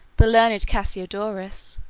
the learned cassiodorus,